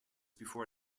before